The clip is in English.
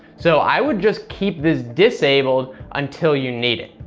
so i would just keep this disabled until you need it.